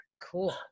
Cool